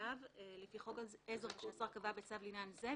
חייב לפי חוק עזר ושהשר קבע בצו לעניין זה,